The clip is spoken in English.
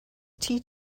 tea